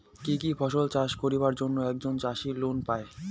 কি কি ফসল চাষ করিবার জন্যে একজন চাষী লোন পায়?